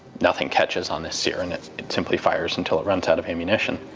nothing catches on this sear and it it simply fires until it runs out of ammunition.